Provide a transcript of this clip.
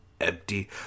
empty